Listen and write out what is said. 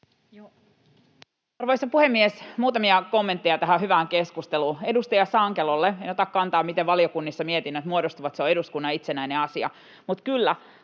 Arvoisa puhemies! Muutamia kommentteja tähän hyvään keskusteluun. Edustaja Sankelolle: En ota kantaa, miten valiokunnissa mietinnöt muodostuvat, se on eduskunnan itsenäinen asia, mutta kyllä